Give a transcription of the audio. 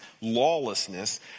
lawlessness